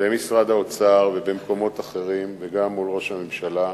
במשרד האוצר ובמקומות אחרים, וגם מול ראש הממשלה,